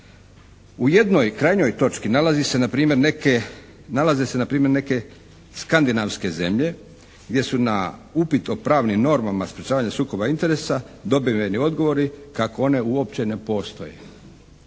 U jednoj krajnjoj točki nalaze se na primjer neke skandinavske zemlje gdje su na upit o pravnim normama sprječavanja sukoba interesa dobiveni odgovori kako one uopće ne postoje.